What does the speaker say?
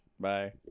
Bye